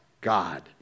God